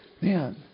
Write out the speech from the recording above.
Man